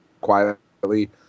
Quietly